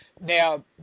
now